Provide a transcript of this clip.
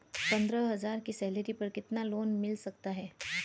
पंद्रह हज़ार की सैलरी पर कितना लोन मिल सकता है?